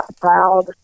proud